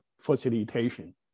facilitation